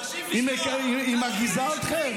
היא מרגיזה אתכם?